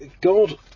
God